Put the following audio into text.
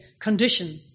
condition